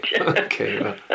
Okay